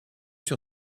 sur